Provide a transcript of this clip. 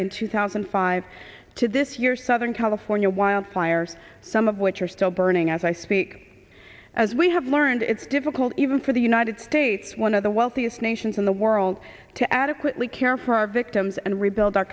in two thousand and five to this year southern california wildfires some of which are still burning as i speak as we have learned it's difficult even for the united states one of the wealthiest nations in the world to adequately care for our victims and rebuild our